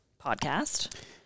podcast